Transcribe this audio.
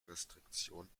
restriktionen